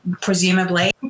presumably